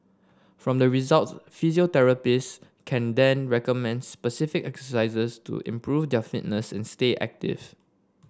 from the results physiotherapist can then recommend specific exercises to improve their fitness and stay active